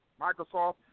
Microsoft